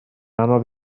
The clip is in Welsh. anodd